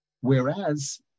Whereas